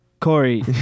Corey